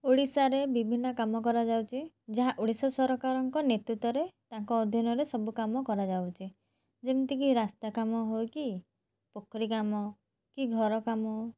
ଓଡ଼ିଶାରେ ବିଭିନ୍ନ କାମ କରାଯାଉଛି ଯାହା ଓଡ଼ିଶା ସରକାରଙ୍କ ନେତୃତ୍ୱରେ ତାଙ୍କ ଅଧୀନରେ ସବୁ କାମ କରାଯାଉଛି ଯେମିତିକି ରାସ୍ତା କାମ ହଉ କି ପୋଖରୀ କାମ କି ଘର କାମ